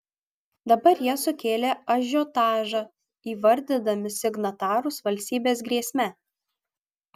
dabar jie sukėlė ažiotažą įvardydami signatarus valstybės grėsme